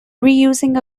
reusing